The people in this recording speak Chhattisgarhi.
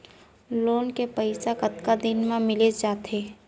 लोन के पइसा कतका दिन मा मिलिस जाथे?